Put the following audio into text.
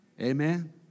Amen